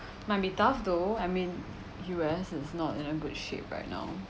might be tough though I mean U_S is not in a good shape right now